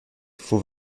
faut